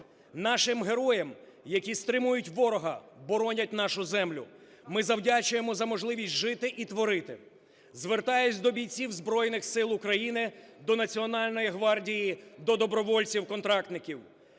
Нашим героям, які стримують ворога, боронять нашу землю, ми завдячуємо за можливість жити і творити. Звертаюсь до бійців Збройних Сил України, до Національної гвардії, до добровольців-контрактників.